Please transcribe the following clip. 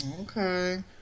okay